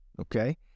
Okay